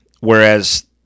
Whereas